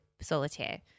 solitaire